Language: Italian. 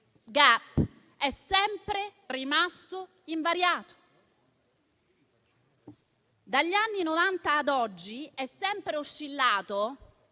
è sempre rimasto invariato: dagli anni Novanta ad oggi, è sempre oscillato